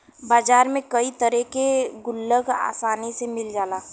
बाजार में कई तरे के गुल्लक आसानी से मिल जाला